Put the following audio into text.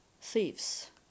thieves